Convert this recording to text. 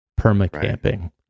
perma-camping